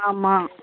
ஆமாம்